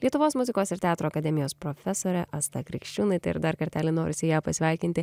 lietuvos muzikos ir teatro akademijos profesore asta krikščiūnaite ir dar kartelį norisi ją pasveikinti